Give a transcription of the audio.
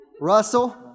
Russell